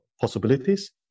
possibilities